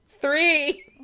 Three